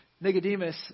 Nicodemus